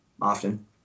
often